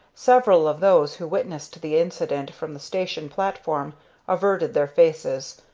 several of those who witnessed the incident from the station platform averted their faces,